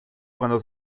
cuando